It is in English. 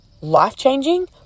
life-changing